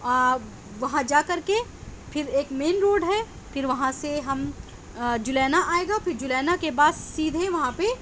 وہاں جا کر کے پھر ایک مین روڈ ہے پھر وہاں سے ہم جلینہ آئے گا پھر جلینہ کے بعد سیدھے وہاں پہ